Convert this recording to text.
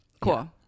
cool